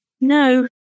No